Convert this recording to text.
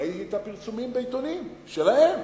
ראיתי את הפרסומים בעיתונים, שלהם.